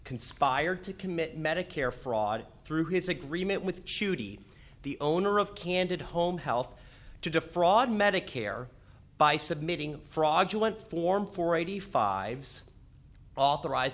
conspired to commit medicare fraud through his agreement with shooty the owner of candide home health to defraud medicare by submitting fraudulent form for eighty five authoriz